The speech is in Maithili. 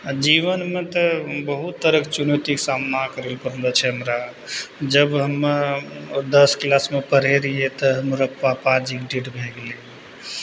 जीवनमे तऽ बहुत तरहके चुनौतीके सामना करै लऽ पड़लऽ छै हमरा जब हम दस किलासमे पढ़ै रहिए तऽ हमरा पापाजीके डेथ भऽ गेलै